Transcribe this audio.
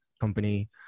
company